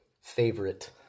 favorite